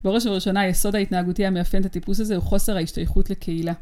בראש ובראשונה, היסוד ההתנהגותי המאפיין את הטיפוס הזה הוא חוסר ההשתייכות לקהילה.